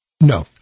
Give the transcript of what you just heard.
No